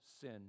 sin